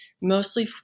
mostly